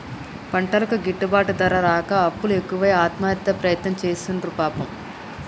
పంటలకు గిట్టుబాటు ధర రాక అప్పులు ఎక్కువై ఆత్మహత్య ప్రయత్నం చేసిండు పాపం